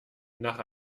nach